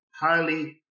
highly